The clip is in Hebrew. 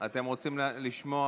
אתם רוצים לשמוע?